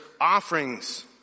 offerings